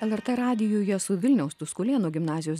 lrt radijuje su vilniaus tuskulėnų gimnazijos